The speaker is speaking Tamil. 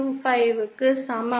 25 க்கு சமம்